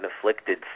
afflicted